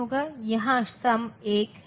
इसलिए मुझे यह 4 लेना होगा